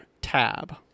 tab